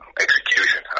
execution